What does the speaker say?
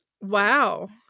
wow